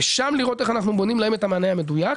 ושם לראות איך אנחנו בונים להם את המענה המדויק.